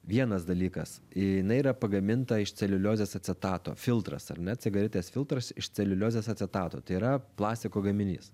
vienas dalykas jinai yra pagaminta iš celiuliozės acetato filtras ar ne cigaretės filtras iš celiuliozės acetato tai yra plastiko gaminys